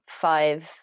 five